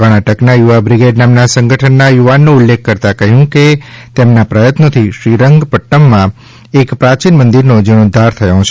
કર્ણાટકના યુવા બ્રિગેડ નામના સંગઠનના યુવાનોનો ઉલ્લેખ કરતા કહ્યું કે તેમના પ્રયત્નોથી શ્રીરંગપટૃમમાં એક પ્રાચીન મંદીરનો જીણોધ્ધાર થયો છે